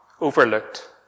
overlooked